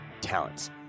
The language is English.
talents